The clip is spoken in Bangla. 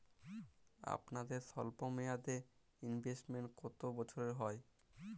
আপনাদের স্বল্পমেয়াদে ইনভেস্টমেন্ট কতো বছরের হয়?